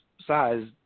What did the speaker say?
size